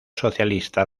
socialista